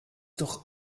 doch